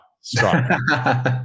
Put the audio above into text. Strong